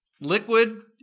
Liquid